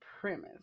premise